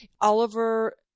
Oliver